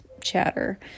chatter